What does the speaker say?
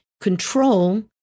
control